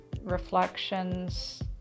reflections